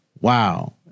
wow